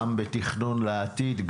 גם בתכנון לעתיד,